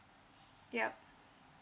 yup